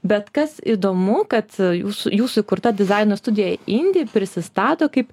bet kas įdomu kad jūsų jūsų įkurta dizaino studija indi prisistato kaip